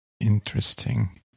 interesting